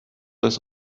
das